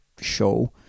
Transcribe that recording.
show